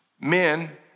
men